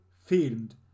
filmed